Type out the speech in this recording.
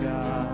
God